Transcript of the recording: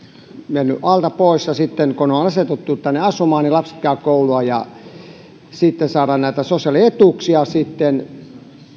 mennyt alta pois sitten kun on on asetuttu tänne asumaan niin lapset käyvät koulua ja saadaan näitä sosiaalietuuksia